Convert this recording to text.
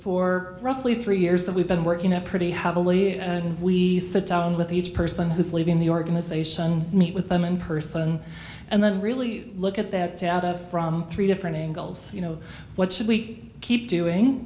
for roughly three years that we've been working at pretty heavily and we sit down with each person who's leaving the organization meet with them in person and then really look at that data from three different angles you know what should we keep doing